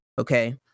Okay